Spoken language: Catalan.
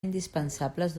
indispensables